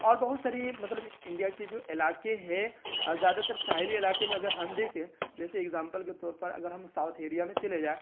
اور بہت ساری مطلب انڈیا کی جو علاقے ہیں زیادہ تر ساحلی علاقے میں اگر ہم دیکھیں جیسے اگزامپل کے طور پر اگر ہم ساؤتھ ایڑیا میں جائیں